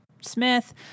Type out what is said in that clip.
Smith